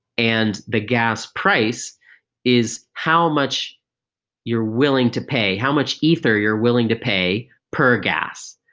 and the gas price is how much you're willing to pay, how much ether you're willing to pay per gas.